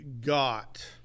got